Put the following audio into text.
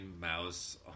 mouse